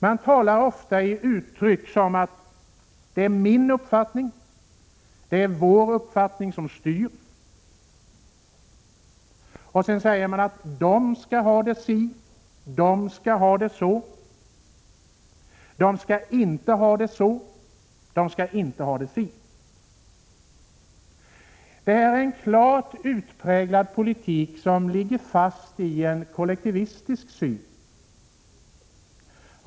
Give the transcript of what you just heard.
Man talar ofta i uttryck som t.ex. det är min uppfattning eller det är vår uppfattning som styr. Sedan säger man att de skall ha det si eller så, eller att de inte skall ha det si eller så. Det är en utpräglad politik som ligger fast i en kollektivistisk syn.